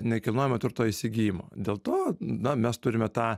nekilnojamo turto įsigijimo dėl to na mes turime tą